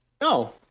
no